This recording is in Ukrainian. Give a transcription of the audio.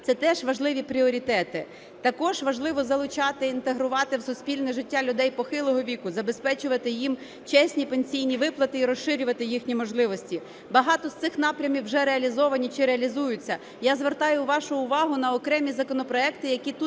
це теж важливі пріоритети. Також важливо залучати інтегрувати в суспільне життя людей похилого віку, забезпечувати їм чесні пенсійні виплати і розширювати їхні можливості. Багато з цих напрямів вже реалізовані чи реалізуються. Я звертаю вашу увагу на окремі законопроекти, які тут